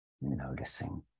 noticing